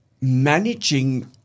managing